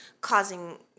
causing